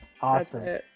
Awesome